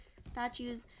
statues